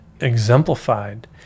exemplified